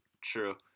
true